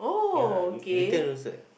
ya New~ Newton also have